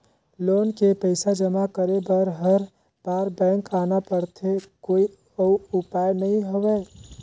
Loan के पईसा जमा करे बर हर बार बैंक आना पड़थे कोई अउ उपाय नइ हवय?